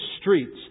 streets